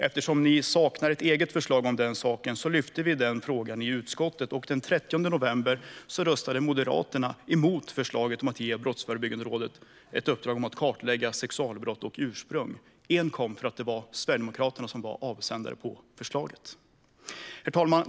Eftersom man saknar ett eget förslag om den saken lyfte vi upp den frågan i utskottet, och den 30 november röstade Moderaterna emot förslaget om att ge Brottsförebyggande rådet i uppdrag att kartlägga sexualbrott och ursprung, enkom för att Sverigedemokraterna var avsändare till förslaget. Herr talman!